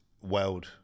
world